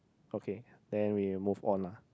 okay then we move on lah